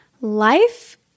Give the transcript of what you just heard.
Life